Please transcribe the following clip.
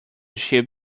ship